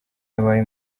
yabaye